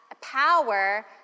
power